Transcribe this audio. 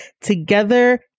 together